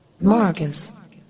Marcus